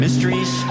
Mysteries